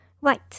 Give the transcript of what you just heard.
Right